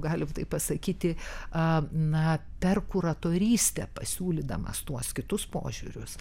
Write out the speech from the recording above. galim pasakyti a na per kuratorystę pasiūlydamas tuos kitus požiūrius